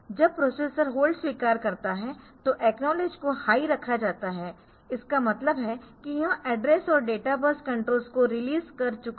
जब processor hold स्वीकार करता है तो एकनॉलेज को हाई रखा जाता है इसका मतलब है कि यह एड्रेस और डेटा बस कंट्रोल्स को रिलीज़ कर चुका है